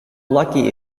lucky